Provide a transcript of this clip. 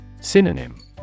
Synonym